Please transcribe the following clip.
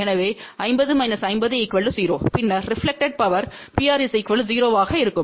எனவே 50−50 0 பின்னர் reflected power Pr 0 ஆக இருக்கும்